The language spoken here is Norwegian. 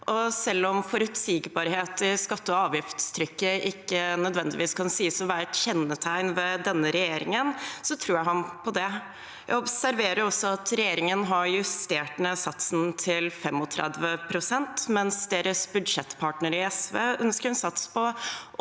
Selv om forutsigbarhet i skatte- og avgiftstrykket ikke nødvendigvis kan sies å være et kjennetegn ved denne regjeringen, tror jeg ham på det. Jeg observerer også at regjeringen har justert ned satsen til 35 pst., mens deres budsjettpartner, SV, ønsker en sats på